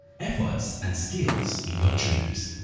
efforts and skills in your dreams.